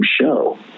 show